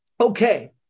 Okay